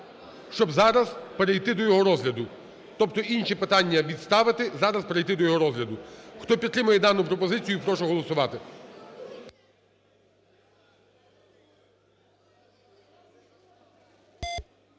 Щоб зараз перейти до його розгляду, тобто інші питання відставити, зараз перейти до його розгляду. Хто підтримує дану пропозицію? Прошу голосувати.